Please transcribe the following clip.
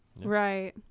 Right